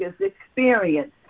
experience